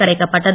கரைக்கப்பட்டது